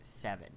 seven